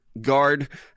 guard